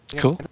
Cool